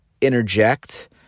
interject